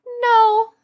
No